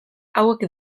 hauek